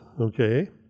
Okay